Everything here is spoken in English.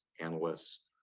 analysts